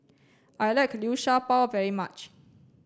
I like Liu Sha Bao very much